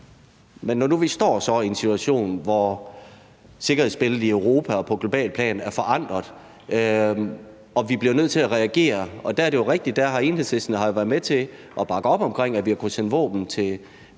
Men når nu vi så står i en situation, hvor sikkerhedsbilledet i Europa og på globalt plan er forandret, og vi bliver nødt til at reagere, så er det jo rigtigt, at Enhedslisten har været med til at bakke op om, at vi har kunnet sende våben til